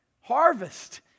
Harvest